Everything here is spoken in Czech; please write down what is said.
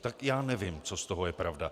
Tak já nevím, co z toho je pravda.